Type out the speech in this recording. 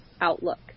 outlook